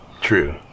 True